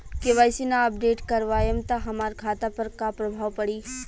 KYC ना update करवाएम त हमार खाता पर का प्रभाव पड़ी?